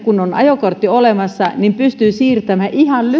kun on ajokortti olemassa pystyy siirtämään